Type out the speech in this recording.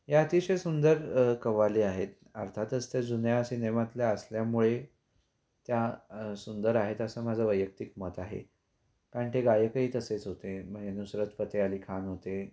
या अतिशय सुंदर कव्वाली आहेत अर्थातच त्या जुन्या सिनेमातल्या असल्यामुळे त्या सुंदर आहेत असं माझं वैयक्तिक मत आहे कारण ते गायकही तसेच होते म्हणजे नुसरत फतेह अली खान होते